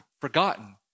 forgotten